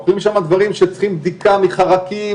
אוכלים שם דברים שצריכים בדיקה מחרקים